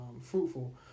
fruitful